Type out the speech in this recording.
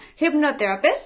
hypnotherapist